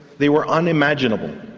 they were unimaginable.